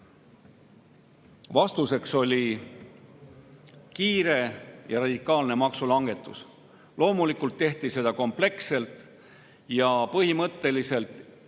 Vastuseks oli kiire ja radikaalne maksulangetus. Loomulikult tehti seda kompleksselt ning põhimõtteliselt